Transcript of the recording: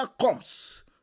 comes